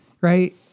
right